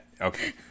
okay